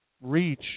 reach